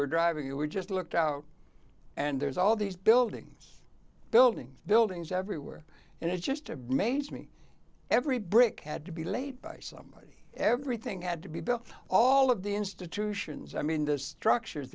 were driving you were just looked out and there's all these buildings building buildings everywhere and it's just a major me every brick had to be laid by somebody everything had to be built all of the institutions i mean the structures